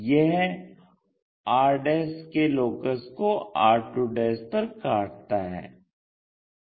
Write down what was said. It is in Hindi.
यह r के लोकस को r2 पर काटता है